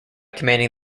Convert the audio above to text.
commanding